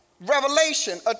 revelation